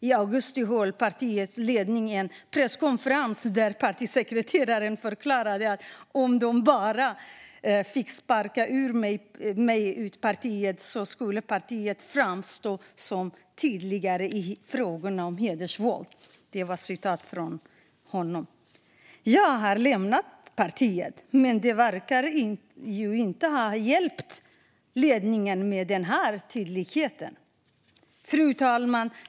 I augusti höll partiets ledning en presskonferens där partisekreteraren förklarade att om de bara fick sparka ut mig ur partiet så skulle partiet framstå som tydligare i frågor om hedersvåld. Så sa han. Jag har nu lämnat Vänsterpartiet, men det verkar inte ha hjälpt partiledningen med tydligheten. Fru talman!